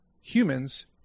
humans